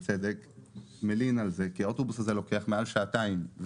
עושה את המסלול ביותר משעתיים,